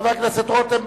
חבר הכנסת רותם,